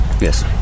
Yes